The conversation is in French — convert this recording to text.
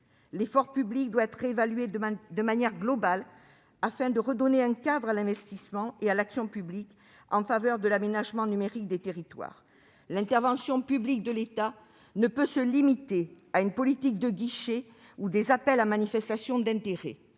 L'effort public doit être réévalué de manière globale, afin de redonner un cadre à l'investissement et à l'action publique en faveur de l'aménagement numérique des territoires. L'intervention publique de l'État ne peut se limiter à une politique de guichet ou à des appels à manifestation d'intérêt,